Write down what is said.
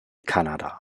kanada